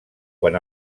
quan